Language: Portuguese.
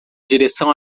direção